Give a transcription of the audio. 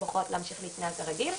שבוחרות להמשיך להתנהל כרגיל,